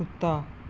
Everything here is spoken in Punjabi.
ਕੁੱਤਾ